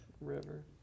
river